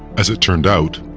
as it turned out,